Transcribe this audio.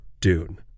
Dune